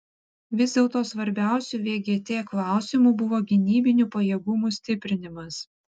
vis dėlto svarbiausiu vgt klausimu buvo gynybinių pajėgumų stiprinimas